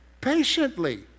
Patiently